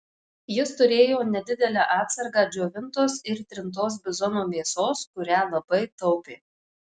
jis turėjo nedidelę atsargą džiovintos ir trintos bizono mėsos kurią labai taupė